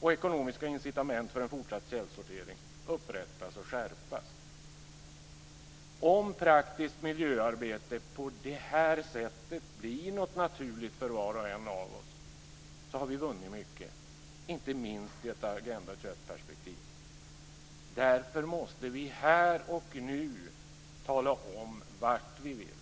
och ekonomiska incitament för en fortsatt källsortering upprättas och skärpas. Om praktiskt miljöarbete på det här sättet blir något naturligt för var och en av oss, har vi vunnit mycket, inte minst i ett Agenda 21-perspektiv. Därför måste vi här och nu tala om vart vi vill.